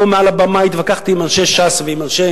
ומעל הבמה התווכחתי עם אנשי ש"ס ועם אנשי